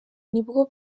nibwo